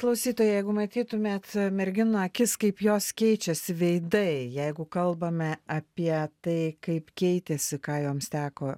klausytojai jeigu matytumėt merginų akis kaip jos keičiasi veidai jeigu kalbame apie tai kaip keitėsi ką joms teko